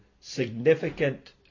significant